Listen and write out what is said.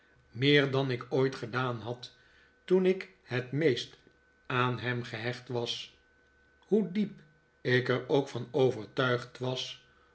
meer dan ik ooit gedaan had toen ik het meest aan hem gehecht was hoe diep ik er ook van overtuigd was